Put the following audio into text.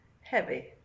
heavy